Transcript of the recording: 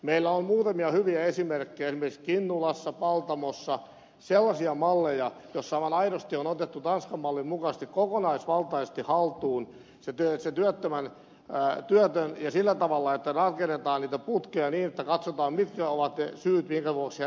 meillä on muutamia hyviä esimerkkejä esimerkiksi kinnulassa paltamossa sellaisia malleja joissa on aivan aidosti otettu tanskan mallin mukaisesti kokonaisvaltaisesti haltuun se työtön ja sillä tavalla että rakennetaan niitä putkia niin että katsotaan mitkä ovat ne syyt minkä vuoksi hän ei työllisty